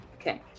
Okay